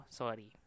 sorry